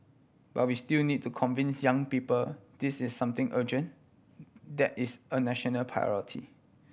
but we still need to convince young people this is something urgent that is a national priority